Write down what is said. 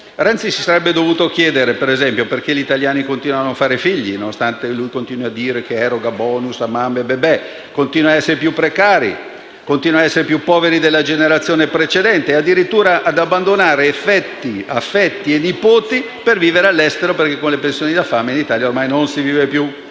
Renzi si sarebbe dovuto chiedere perché gli italiani continuano a non fare figli, nonostante continui a dire che eroga *bonus* a mamme e *bebé*, continuano a essere più precari, più poveri della generazione precedente e, addirittura, ad abbandonare affetti e nipoti per vivere all'estero, perché con le pensioni da fame in Italia non ce la fanno più.